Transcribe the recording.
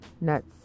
nuts